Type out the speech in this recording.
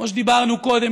כמו שדיברנו קודם,